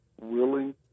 willing